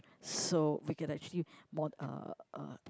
so we can actually more uh uh